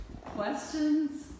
questions